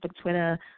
Twitter